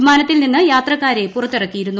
വിമാനത്തിൽ നിന്ന് യാത്രക്കാരെ പുറത്തിറക്കിയിരുന്നു